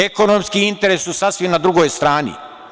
Ekonomski interesi su sasvim na drugoj strani.